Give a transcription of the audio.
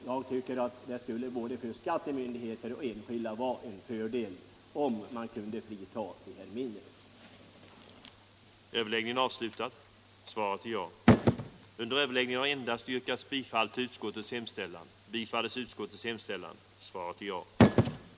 Jag tycker det skulle för både skattemyndigheter och enskilda vara en fördel om man kunde undanta de här mindre jordbrukarna.